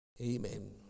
Amen